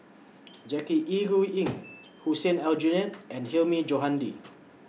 Jackie Yi Ru Ying Hussein Aljunied and Hilmi Johandi